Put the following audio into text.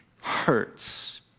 hurts